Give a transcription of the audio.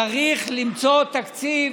צריך למצוא תקציב,